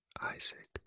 Isaac